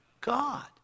God